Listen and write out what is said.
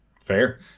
Fair